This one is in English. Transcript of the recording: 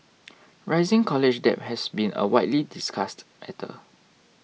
rising college debt has been a widely discussed matter